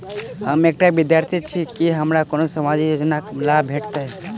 हम एकटा विद्यार्थी छी, की हमरा कोनो सामाजिक योजनाक लाभ भेटतय?